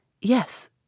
Yes